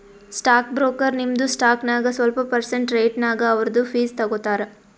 stock broker ನಿಮ್ದು stock ನಾಗ್ ಸ್ವಲ್ಪ ಪರ್ಸೆಂಟ್ ರೇಟ್ನಾಗ್ ಅವ್ರದು ಫೀಸ್ ತಗೋತಾರ